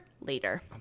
later